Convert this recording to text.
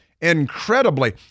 incredibly